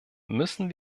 müssen